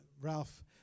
Ralph